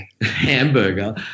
hamburger